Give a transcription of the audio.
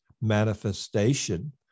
manifestation